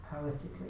poetically